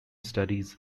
studies